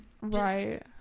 right